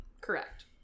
correct